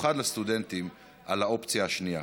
ובמיוחד לסטודנטים, על האופציה השנייה.